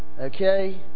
okay